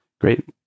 Great